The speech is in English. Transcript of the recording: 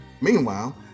Meanwhile